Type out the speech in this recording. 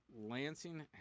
Lansing